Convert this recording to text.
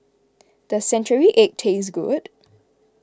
does Century Egg taste good